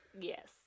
Yes